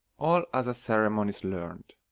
all other ceremonies learn'd,